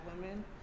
women